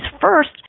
first